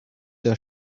der